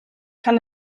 kann